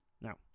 Now